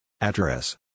Address